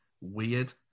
weird